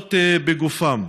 החבלות בגופם.